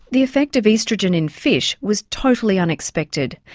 the effect of oestrogen in fish was totally unexpected,